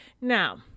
Now